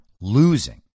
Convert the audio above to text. losing